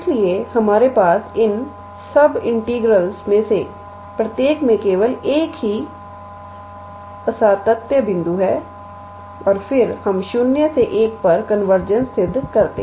इसलिए हमारे पास इन सब इंटीग्रल्स में से प्रत्येक में केवल एक ही असातत्य बिंदु है और फिर हम 0 और 1 पर कन्वर्जेंससिद्ध करते हैं